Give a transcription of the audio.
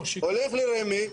הולך לרמ"י,